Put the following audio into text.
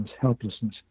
helplessness